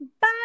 bye